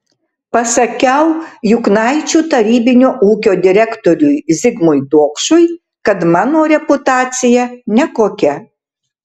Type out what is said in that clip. pasakiau juknaičių tarybinio ūkio direktoriui zigmui dokšui kad mano reputacija nekokia